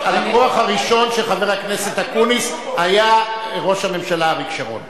הלקוח הראשון של חבר הכנסת אקוניס היה ראש הממשלה אריק שרון.